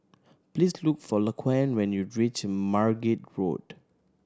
please look for Laquan when you reach Margate Road